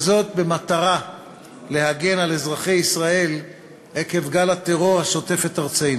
וזאת במטרה להגן על אזרחי ישראל עקב גל הטרור השוטף את ארצנו.